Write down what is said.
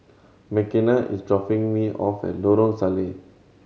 Mckenna is dropping me off at Lorong Salleh